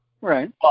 Right